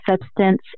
substance